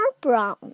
Brown